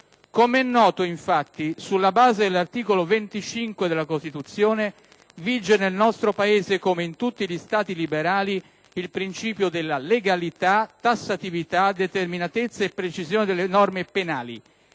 Com'è noto, infatti, sulla base dell'articolo 25 della Costituzione, vige nel nostro Paese, come in tutti gli Stati liberali, il principio della legalità, tassatività, determinatezza e precisione delle norme penali